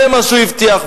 זה מה שהוא הבטיח.